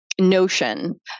notion